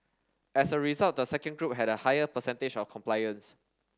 as a result the second group had a higher percentage of compliance